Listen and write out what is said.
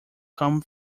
come